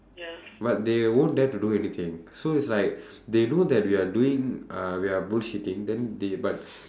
but they won't dare to do anything so it's like they know that we are doing uh we are bullshitting then they but